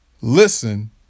Listen